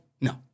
No